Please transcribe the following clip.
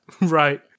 Right